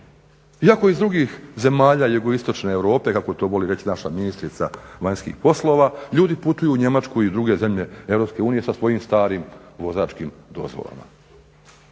Iako iz drugih zemalja Jugoistočne Europe kako to voli reći naša ministrica vanjskih poslova, ljudi putuju u Njemačku i druge zemlje EU sa svojim starim vozačkim dozvolama.